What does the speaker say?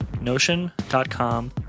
Notion.com